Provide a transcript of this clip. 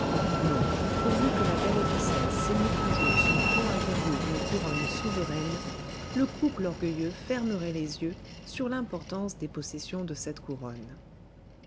non pourvu que la belle écossaise ceignît un jour son front impérieux d'une couronne souveraine le couple orgueilleux fermerait les yeux sur l'importance des possessions de cette couronne